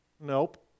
Nope